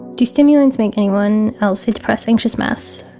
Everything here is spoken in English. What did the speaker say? do stimulants make anyone else a depressed anxious mess?